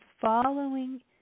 following